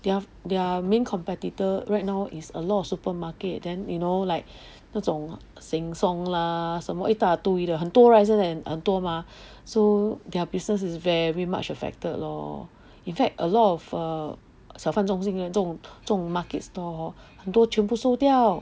their their main competitor right now is a lot supermarket then you know like 那种 Sheng-Siong lah 什么一大堆的很多 right 很多 mah so their business is very much affected lor in fact a lot of err 小贩中心的这种这种 market stall hor 很多全部收掉